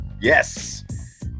Yes